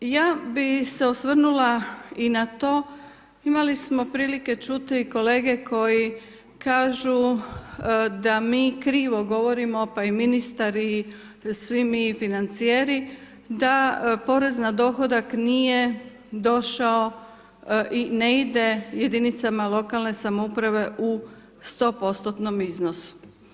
Ja bi se osvrnula i na to, imali smo prilike čuti kolege koji kažu, da mi krivo govorimo pa i ministar i svi mi financijeri, da porez na dohodak, nije došao i ne ide jedinicama lokalne samouprave u 100% iznosu.